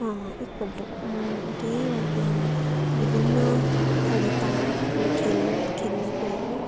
एकपल्ट त्यही विभिन्न थरीका खेल खेल्ने कुराहरू